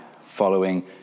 following